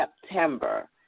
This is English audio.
September